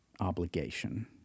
obligation